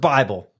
Bible